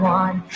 one